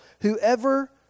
Whoever